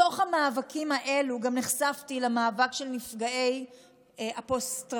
מתוך המאבקים האלו גם נחשפתי למאבק של נפגעי הפוסט-טראומה,